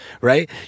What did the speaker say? right